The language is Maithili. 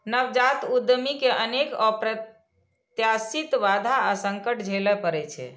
नवजात उद्यमी कें अनेक अप्रत्याशित बाधा आ संकट झेलय पड़ै छै